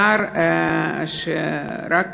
שר שרק